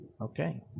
Okay